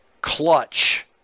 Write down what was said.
clutch